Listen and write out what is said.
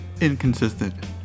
inconsistent